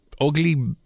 ugly